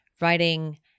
writing